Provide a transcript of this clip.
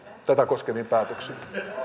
niitä koskeviin omiin päätöksiin